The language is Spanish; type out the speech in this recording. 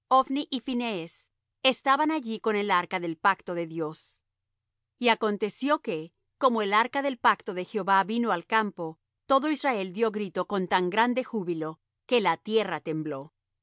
y phinees estaban allí con el arca del pacto de dios y aconteció que como el arca del pacto de jehová vino al campo todo israel dió grita con tan grande júbilo que la tierra tembló